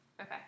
Okay